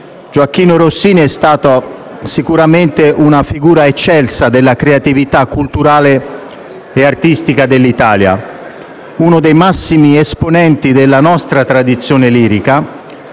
Gioachino Rossini è stato sicuramente una figura eccelsa della creatività culturale e artistica dell'Italia; uno dei massimi esponenti della nostra tradizione lirica,